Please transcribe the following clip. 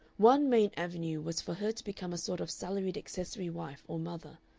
one main avenue was for her to become a sort of salaried accessory wife or mother,